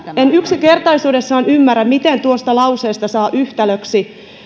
en yksinkertaisuudessaan ymmärrä miten tuosta lauseesta saa yhtälöksi